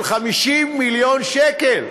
של 50 מיליון שקל.